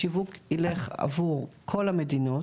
השיווק ילך עבור כל המדינות,